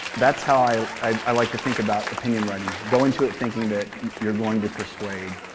that's how i i like to think about opinion writing, go into it thinking that you're going to persuade.